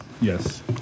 Yes